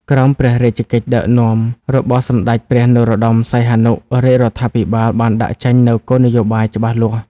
ក្រោមព្រះរាជកិច្ចដឹកនាំរបស់សម្ដេចព្រះនរោត្តម សីហនុ រាជរដ្ឋាភិបាលបានដាក់ចេញនូវគោលនយោបាយច្បាស់លាស់។